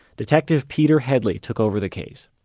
detective peter headley took over the case.